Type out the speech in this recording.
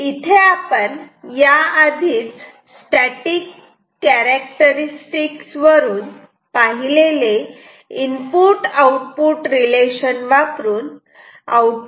इथे आपण याआधीच स्टॅटिक कॅरेक्टरस्टिक्स वरून पाहिलेले इनपुट आउटपुट रिलेशनशिप वापरून आउटपुट Vo शोधू शकतो